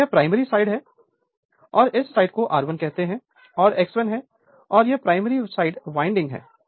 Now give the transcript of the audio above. और यह primary side है और इस साइड को R1 कहते हैं और X1 है और यह प्राइमरी साइड वाइंडिंग है